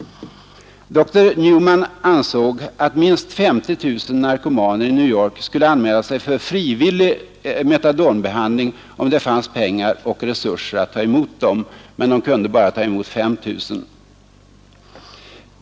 Dr Newman ansåg att minst 50 000 narkomaner i New York skulle anmäla sig för frivillig metadonbehandling, om det fanns pengar och resurser att ta emot dem, men man kunde bara ta emot 5 000.